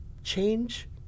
change